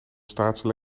statische